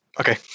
Okay